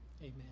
amen